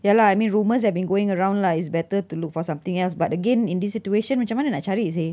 ya lah I mean rumours have been going around lah it's better to look for something else but again in this situation macam mana nak cari seh